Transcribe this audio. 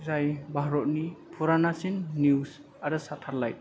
जाय भारतनि फुरानासिन निउस आरो सेटेलाइट